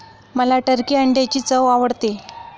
मला टर्की अंड्यांची चव आवडते